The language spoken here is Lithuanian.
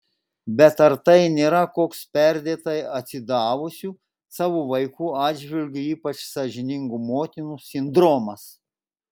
bet ar tai nėra koks perdėtai atsidavusių savo vaikų atžvilgiu ypač sąžiningų motinų sindromas